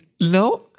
No